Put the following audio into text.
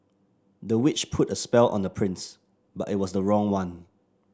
the witch put a spell on the prince but it was the wrong one